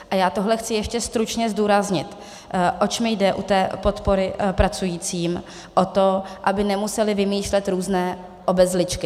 A já tohle chci ještě stručně zdůraznit, oč mi jde u té podpory pracujícím o to, aby nemuseli vymýšlet různé obezličky.